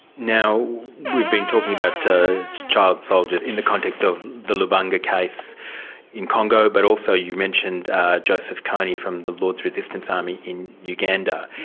now, we've been talking about child soldiers in the context of the lubanga case in congo, but also you mentioned joseph kony from the lord's resistance army in uganda.